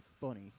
funny